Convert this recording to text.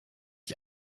ich